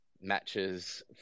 matches